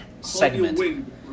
segment